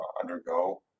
undergo